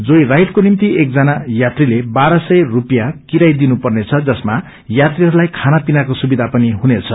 Joy राइडको निम्ति एकजना यात्रीले बाह्रसय रूपिसयाँ किराय दिनुपर्ने छ जसमा यात्रीहरूलाई खाना पिनाको सुविधा पनि हुनेछ